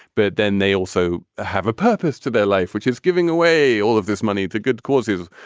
but then they also have a purpose to their life, which is giving away all of this money to good causes,